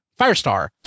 firestar